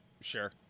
Sure